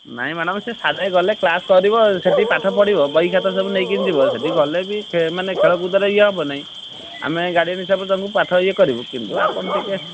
ନାଇଁ ମ୍ୟାଡ଼ାମ୍ ସିଏ ସିଆଡ଼େ ଗଲେ କ୍ଲାସ୍ କରିବ ସେଇଠି ପାଠ ପଢ଼ିବ ବହି ଖାତା ସବୁ ନେଇକିନି ଯିବ ସେଇଠି ଗଲେ ବି ମାନେ ଖେଳଖୁଦରେ ଏଇ ହେବନେଇ ଆମେ ଗାଡ଼ିଏନ୍ ହିସାବରେ ତାଙ୍କୁ ପାଠ ଏଇ କରିବୁ କିନ୍ତୁ ଆପଣ ଟିକିଏ